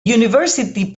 university